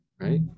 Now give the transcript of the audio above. right